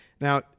Now